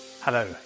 Hello